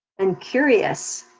and curious,